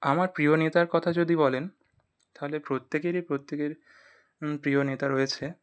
আমার প্রিয় নেতার কথা যদি বলেন তাহলে প্রত্যেকেরই প্রত্যেকের প্রিয় নেতা রয়েছে